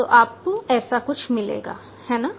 तो आपको ऐसा कुछ मिलेगा है ना